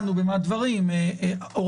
מופרות.